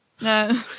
No